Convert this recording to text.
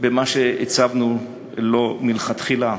במה שהצבנו לו מלכתחילה.